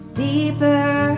deeper